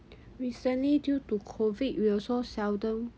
recently due to COVID we also seldom